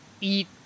eat